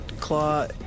Claw